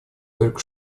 только